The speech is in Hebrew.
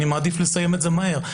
אני מעדיף לסיים את זה מהר.